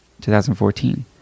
2014